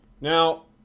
Now